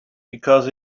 because